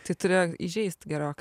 tai turėjo įžeist gerokai